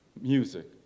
music